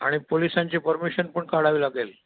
आणि पोलिसांची परमिशन पण काढावी लागेल